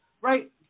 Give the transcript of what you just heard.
right